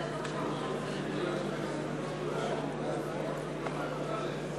אורי יהודה אריאל הכהן, בן יצחק יעקב ונעמי,